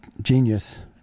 genius